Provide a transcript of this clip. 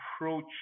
approach